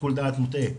שיקול דעת מוטעה.